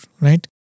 right